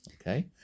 Okay